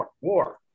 war